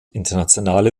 internationale